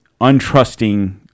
untrusting